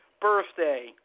birthday